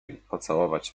pocałować